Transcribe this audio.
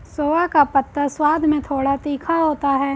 सोआ का पत्ता स्वाद में थोड़ा तीखा होता है